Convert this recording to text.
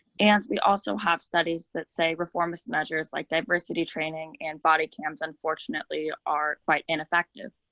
and we also have studies that say reformist measures like diversity training and body cams unfortunately are quite ineffective.